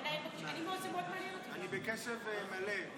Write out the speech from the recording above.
אני בקשב מלא.